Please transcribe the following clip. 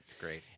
great